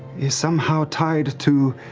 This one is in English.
is somehow tied to